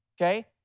okay